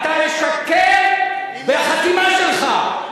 אתה משקר בחתימה שלך.